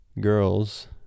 girls